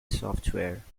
software